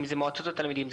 אם זה מועצות התלמידים,